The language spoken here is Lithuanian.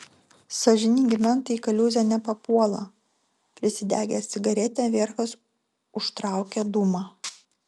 sąžiningi mentai į kaliūzę nepapuola prisidegęs cigaretę vierchas užtraukė dūmą